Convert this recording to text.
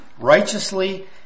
righteously